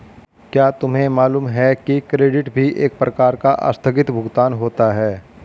क्या तुम्हें मालूम है कि क्रेडिट भी एक प्रकार का आस्थगित भुगतान होता है?